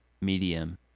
medium